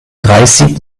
dreißig